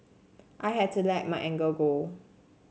I had to let my anger go